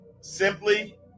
simply